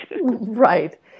Right